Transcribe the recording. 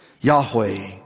Yahweh